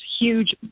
huge